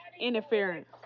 interference